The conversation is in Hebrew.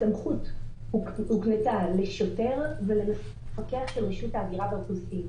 הסמכות הוקנתה לשוטר ולמפקח של רשות ההגירה והאוכלוסין.